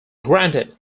granted